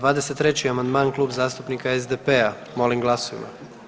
23. amandman Klub zastupnika SDP-a, molim glasujmo.